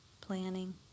planning